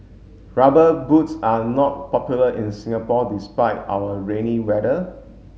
rubber boots are not popular in Singapore despite our rainy weather